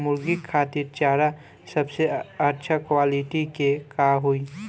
मुर्गी खातिर चारा सबसे अच्छा क्वालिटी के का होई?